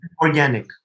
Organic